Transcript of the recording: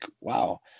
wow